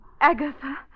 Agatha